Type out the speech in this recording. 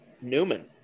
Newman